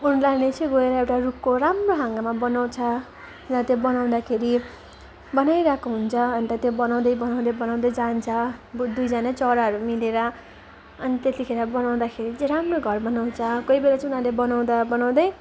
उनीहरूलाई नै चाहिँ गएर एउटा रुखको राम्रो हाँगामा बनाउँछ र त्यो बनाउँदाखेरि बनाइरहेको हुन्छ अन्त त्यो बनाउँदै बनाउँदै बनाउँदै जान्छ दुईजना चराहरू मिलेर अनि त्यतिखेर बनाउँदाखेरि चाहिँ राम्रो घर बनाउँछ कोहीबेला चाहिँ उनीहरूले बनाउँदा बनाउँदै